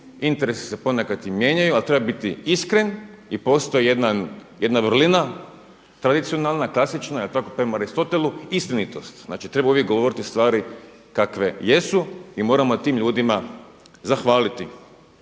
interesi se ponekad i mijenjaju. Ali treba biti iskren i postoji jedna vrlina tradicionalna, klasična prema Aristotelu, istinitost. Znači uvijek treba govoriti stvari kakve jesu i moramo tim ljudima zahvaliti.